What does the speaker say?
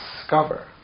discover